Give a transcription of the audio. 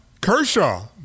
Kershaw